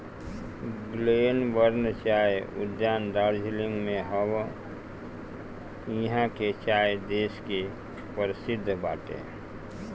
Glenburn चाय उद्यान दार्जलिंग में हअ इहा के चाय देश के परशिद्ध बाटे